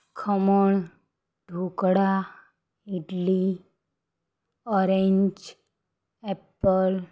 khaman dhokla idli orange apple